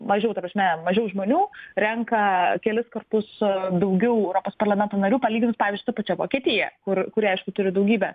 mažiau ta prasme mažiau žmonių renka kelis kartus daugiau europos parlamento narių palyginus pavyzdžiui su pačia vokietija kur kuri aišku turi daugybę